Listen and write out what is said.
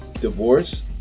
divorce